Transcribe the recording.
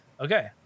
Okay